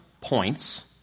points